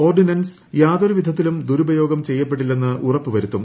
ordinance യാതൊരു വിധത്തിലും ദുരുപയോഗം ചെയ്യപ്പെടുന്നില്ലെന്ന് ഉറപ്പ് വരുത്തും